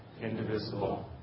indivisible